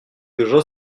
déjà